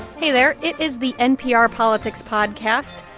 hey there. it is the npr politics podcast.